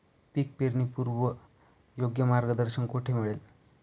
पीक पेरणीपूर्व योग्य मार्गदर्शन कुठे मिळेल?